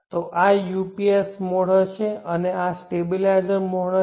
તો આ UPS mode હશે અને આ સ્ટેબિલાઇઝર મોડ હશે